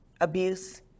abuse